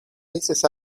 dices